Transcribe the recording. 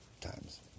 times